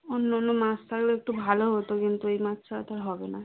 অন্য অন্য মাছ থাকলে একটু ভালো হতো কিন্তু রুই মাছ ছাড়া তো আর হবে না